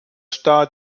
star